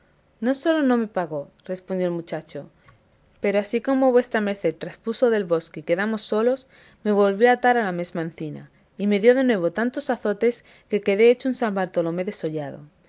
no sólo no me pagó respondió el muchacho pero así como vuestra merced traspuso del bosque y quedamos solos me volvió a atar a la mesma encina y me dio de nuevo tantos azotes que quedé hecho un san bartolomé desollado